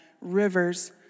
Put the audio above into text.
rivers